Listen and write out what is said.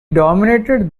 dominated